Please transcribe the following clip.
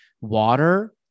water